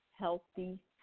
healthy